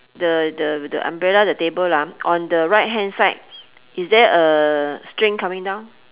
the the the umbrella the table ah on the right hand side is there a string coming down